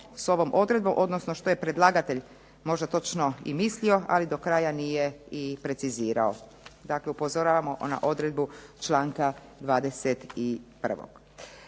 s ovom odredbom, odnosno što je predlagatelj možda točno i mislio, ali do kraja nije i precizirao. Dakle, upozoravamo na odredbu članka 21.